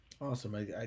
Awesome